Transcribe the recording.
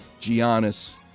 Giannis